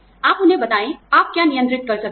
आप उन्हें बताएं आप क्या नियंत्रित कर सकते हैं